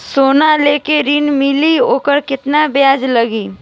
सोना लेके ऋण मिलेला वोकर केतना ब्याज लागी?